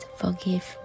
forgive